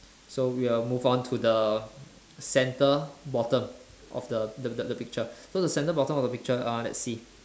so we'll move on to the centre bottom of the the the the picture so the centre bottom of the picture uh let's see